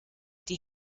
die